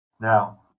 Now